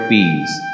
Peace